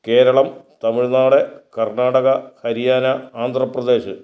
Keralam Tamil Nadu Karnataka Haryana Andhra Pradesh